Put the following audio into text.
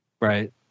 Right